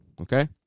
okay